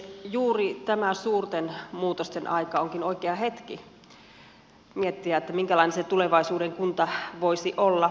juuri tämä suurten muutosten aika onkin oikea hetki miettiä minkälainen se tulevaisuuden kunta voisi olla